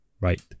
right